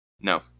No